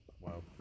Wow